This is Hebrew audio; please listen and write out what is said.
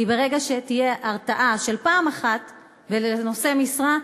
כי ברגע שתהיה הרתעה של פעם אחת ולנושא משרה,